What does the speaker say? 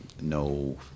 no